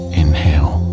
inhale